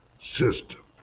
system